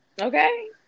Okay